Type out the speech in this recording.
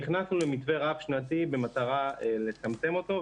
נכנסנו למתווה רב שנתי במטרה לצמצם אותו,